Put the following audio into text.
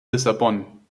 lissabon